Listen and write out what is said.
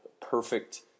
perfect